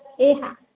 એ હા